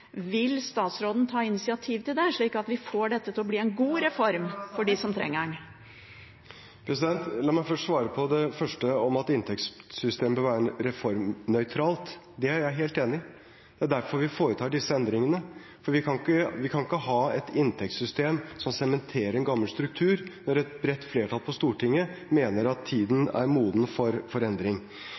Vil statsråden ta initiativ til det, slik at vi får dette til å bli en god reform for dem som trenger den? La meg først svare på det første, om at inntektssystemet bør være reformnøytralt. Det er jeg helt enig i, og det er derfor vi foretar disse endringene. Vi kan ikke ha et inntektssystem som sementerer en gammel struktur, når et bredt flertall på Stortinget mener at tiden er moden for